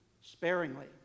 sparingly